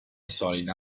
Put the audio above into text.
solida